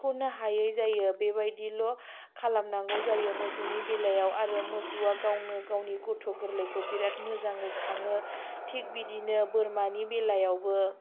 खिख'नो हायै जायो बेबायदिल' खालामनांगौ जायो मोसौनि बेलायाव आरो मोसौवा गावनो गावनि गथ' गोरलैखौ बिराथ मोजाङै खांयो थिग बिदिनो बोरमानि बेलायावबो